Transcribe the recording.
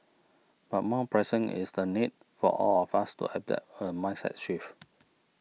but more pressing is the need for all of us to adopt a mindset shift